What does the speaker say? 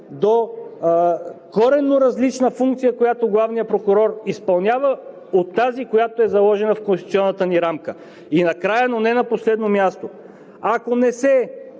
до коренно различна функция, която главният прокурор изпълнява, от тази, която е заложена в конституционната ни рамка. И накрая, но не на последно място. Ако не се